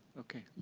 okay,